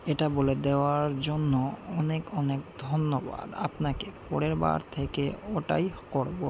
এটা বলে দেওয়ার জন্য অনেক অনেক ধন্যবাদ আপনাকে পরের বার থেকে ওটাই করবো